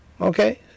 Okay